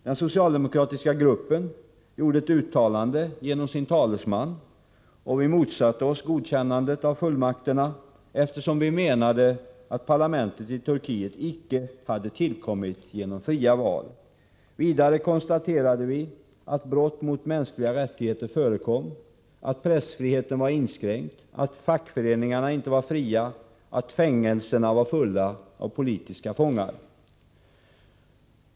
Den socialdemokratiska gruppen gjorde ett uttalande genom sin talesman. Vi motsatte oss godkännande av fullmakterna, eftersom vi menade att parlamentet i Turkiet icke hade tillkommit genom fria val. Vidare konstaterade vi att brott mot mänskliga rättigheter förekom, att pressfriheten var inskränkt, att fackföreningarna inte var fria och att fängelserna var fulla av politiska fångar.